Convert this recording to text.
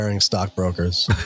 stockbrokers